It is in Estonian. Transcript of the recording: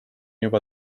juba